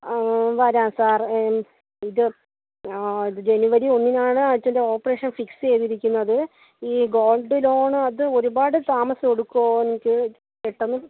വരാം സാറേ ഇത് ജനുവരി ഒന്നിനാണ് അച്ഛൻ്റെ ഓപ്പറേഷൻ ഫിക്സ് ചെയ്തിരിക്കുന്നത് ഈ ഗോൾഡ് ലോൺ അത് ഒരുപാട് താമസം എടുക്കുമോ എനിക്ക് പെട്ടെന്ന്